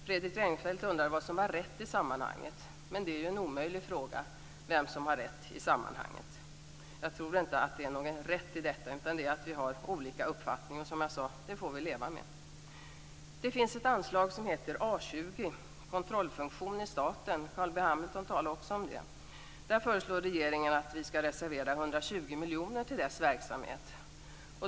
Fredrik Reinfeldt undrade vad som är rätt i sammanhanget, men det är en omöjlig fråga. Jag tror inte att det finns något som är rätt i detta, utan vi har olika uppfattningar. Det får vi leva med, som jag sade. Det finns ett anslag som heter A 20 Kontrollfunktion i staten. Carl B Hamilton talade också om det. Regeringen föreslår att vi skall reservera 120 miljoner till den verksamheten.